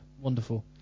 Wonderful